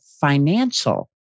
financial